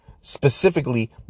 specifically